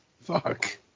Fuck